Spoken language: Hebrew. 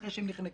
אחרי שהם נחנקו.